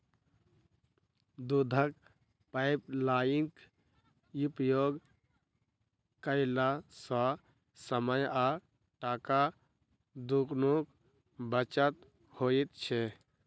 दूधक पाइपलाइनक उपयोग कयला सॅ समय आ टाका दुनूक बचत होइत छै